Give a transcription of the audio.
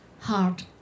hard